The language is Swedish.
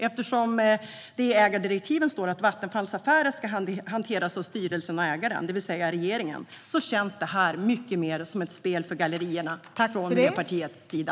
Eftersom det i ägardirektiven står att Vattenfallsaffären ska hanteras av styrelsen och ägaren, det vill säga regeringen, känns detta mycket mer som ett spel för gallerierna från Miljöpartiets sida.